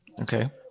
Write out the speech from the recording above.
Okay